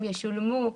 הם ישולמו,